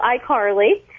iCarly